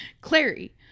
Clary